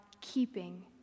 keeping